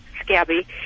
scabby